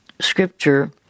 scripture